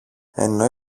ενώ